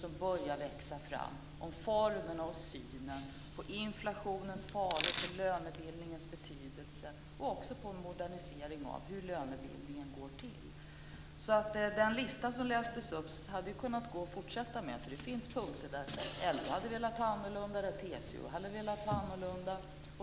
Det börjar växa fram en samsyn om inflationens faror, om lönebildningens betydelse och också om hur lönebildningen går till. Den lista som lästes upp hade kunnat fortsätta. Det finns punkter där LO hade velat ha det annorlunda och där TCO hade velat ha det annorlunda.